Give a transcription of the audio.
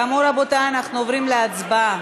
כאמור, רבותי, אנחנו עוברים להצבעה.